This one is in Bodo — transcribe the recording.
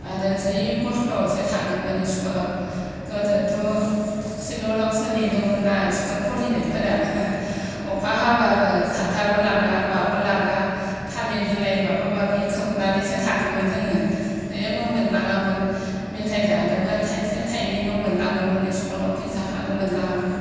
आरो जि खस्थ'यैसो थाङोमोन स्कुलाव गोदो थ' सिल'रावसो लिरोमोन ना स्कुल फरायनायफोरा अखा हाब्लाबो साथाबो लांना माबो लाङा थालिर बिलाइ माबा माबि खोबनानैसो थाङोमोन जोङो जेबो मोनलाङामोन मेथाय जानोबो थाइसे थाइनैल' मोनलाङोमोन स्कुलाव फैसाखौनो मोनलाङामोन